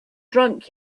drunk